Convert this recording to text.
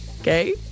Okay